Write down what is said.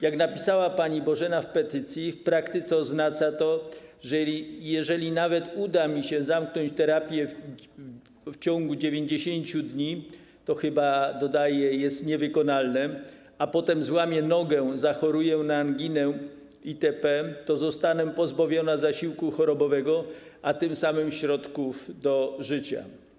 Jak napisała pani Bożena w petycji, w praktyce oznacza to, że: jeżeli nawet uda mi się zamknąć terapię w ciągu 90 dni, co chyba - dodaje - jest niewykonalne, a potem złamię nogę, zachoruję na anginę itp., to zostanę pozbawiona zasiłku chorobowego, a tym samym środków do życia.